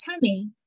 tummy